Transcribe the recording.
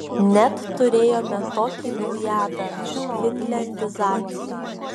net turėjome tokį naujadarą finliandizacija